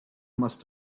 must